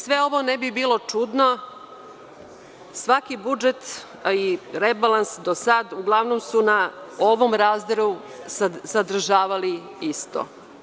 Sve ovo ne bi bilo čudno, svaki budžet i rebalans do sada su uglavnom na ovom razdelu sadržavali isto.